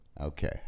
okay